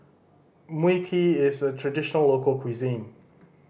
Mui Kee is a traditional local cuisine